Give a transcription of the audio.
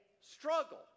struggle